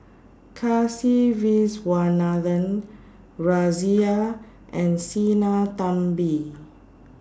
Kasiviswanathan Razia and Sinnathamby